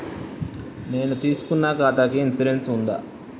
నేను తీసుకున్న ఖాతాకి ఇన్సూరెన్స్ ఉందా?